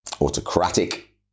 autocratic